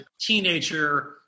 teenager